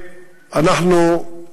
אנחנו,